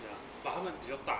ya but 他们比较大